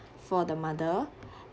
for the mother